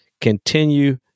continue